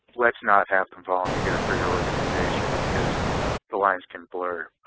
let's not have them volunteer for your organization because the lines can blur.